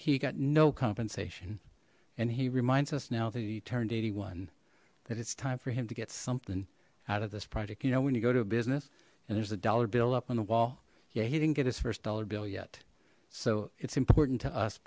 he got no compensation and he reminds us now that he turned eighty one that it's time for him to get something out of this project you know when you go to a business and there's a dollar bill up on the wall yeah he didn't get his first dollar bill yet so it's important to us